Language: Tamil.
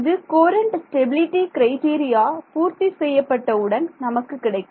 இது கோரண்ட் ஸ்டெபிலிட்டி க்ரைடீரியா பூர்த்தி செய்யப்பட்ட உடன் நமக்கு கிடைக்கும்